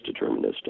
deterministic